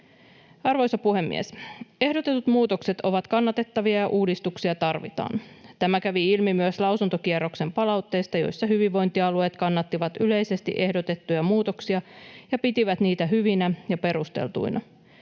Arvoisa puhemies! Ehdotetut muutokset ovat kannatettavia, ja uudistuksia tarvitaan. Tämä kävi ilmi myös lausuntokierroksen palautteista, joissa hyvinvointialueet kannattivat yleisesti ehdotettuja muutoksia ja pitivät niitä hyvinä ja perusteltuina.